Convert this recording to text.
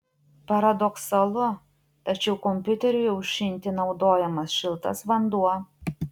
paradoksalu tačiau kompiuteriui aušinti naudojamas šiltas vanduo